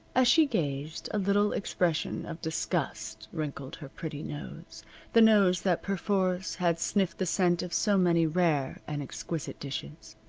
as she gazed a little expression of disgust wrinkled her pretty nose the nose that perforce had sniffed the scent of so many rare and exquisite dishes.